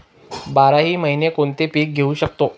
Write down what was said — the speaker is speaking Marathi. बाराही महिने कोणते पीक घेवू शकतो?